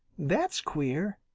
that's queer,